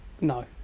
No